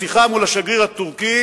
השיחה עם השגריר הטורקי